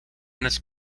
this